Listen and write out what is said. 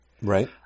right